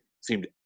seemed